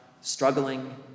struggling